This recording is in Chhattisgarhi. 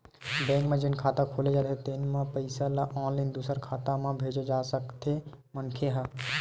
बेंक म जेन खाता खोले जाथे तेन म के पइसा ल ऑनलाईन दूसर खाता म भेजे जा सकथे मनखे ह